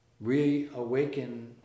reawaken